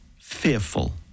fearful